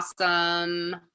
awesome